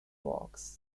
box